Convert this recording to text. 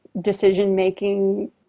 decision-making